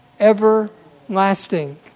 everlasting